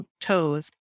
toes